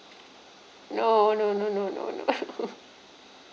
no no no no no no